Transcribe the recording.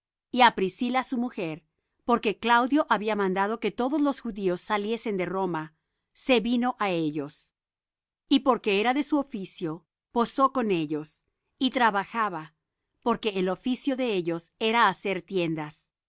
natural del ponto que hacía poco que había venido de italia y á priscila su mujer porque claudio había mandado que todos los judíos saliesen de roma se vino á ellos y porque era de su oficio posó con ellos y trabajaba porque el oficio de ellos era hacer tiendas